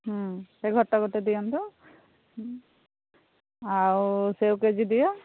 ହୁଁ ସେଇ ଘଟ ଗୋଟେ ଦିଅନ୍ତୁ ଆଉ ସେଓ କେ ଜି ଦିଅ